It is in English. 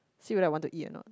see whether I want to eat or not